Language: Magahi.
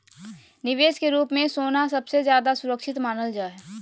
निवेश के रूप मे सोना सबसे ज्यादा सुरक्षित मानल जा हय